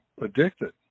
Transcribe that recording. addicted